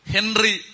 Henry